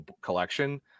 collection